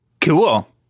Cool